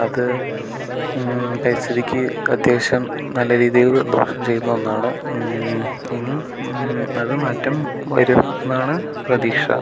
അത് പരിസ്ഥിതിക്ക് അത്യാവശ്യം നല്ല രീതിയിൽ ദോഷം ചെയ്യുന്ന ഒന്നാണ് ഇനി അത് മാറ്റം വരും എന്നാണ് പ്രതീക്ഷ